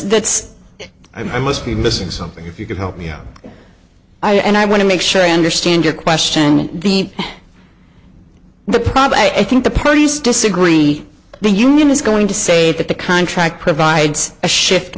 that's i must be missing something if you can help me out i and i want to make sure i understand your question the the problem i think the produce disagree the union is going to say that the contract provides a shift